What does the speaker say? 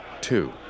two